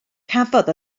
cafodd